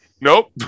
Nope